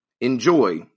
Enjoy